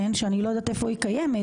שאני לא יודעת איפה היא קיימת,